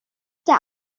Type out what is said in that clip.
der